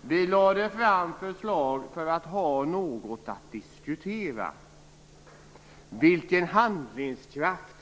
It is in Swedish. Vi lade fram förslag för att ha något att diskutera. Vilken handlingskraft!